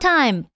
Time